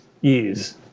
years